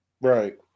right